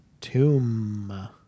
Tomb